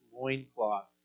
loincloths